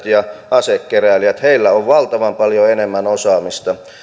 ja asekeräilijät heillä on valtavan paljon enemmän osaamista